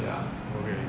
mm okay